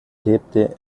lebte